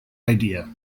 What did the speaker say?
idea